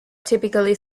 typically